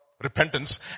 repentance